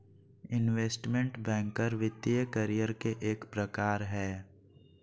investment banker वित्तीय career के एक प्रकार हय